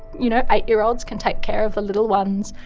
you know eight-year-olds, can take care of the little ones.